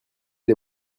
est